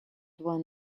won